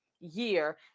year